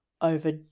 over